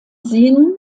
sin